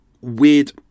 weird